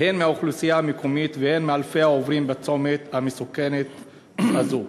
הן מהאוכלוסייה המקומית והן מאלפי העוברים בצומת המסוכן הזה.